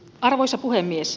arvoisa puhemies